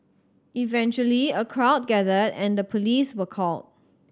eventually a crowd gathered and the police were called